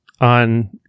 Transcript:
on